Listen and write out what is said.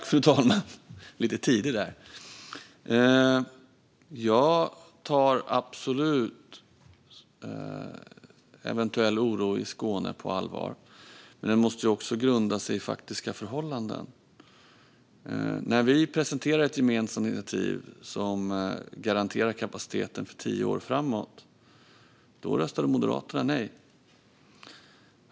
Fru talman! Jag tar absolut eventuell oro i Skåne på allvar. Men den måste också grundas i faktiska förhållanden. När vi presenterade ett gemensamt initiativ som garanterar kapaciteten för tio år framåt röstade Moderaterna nej.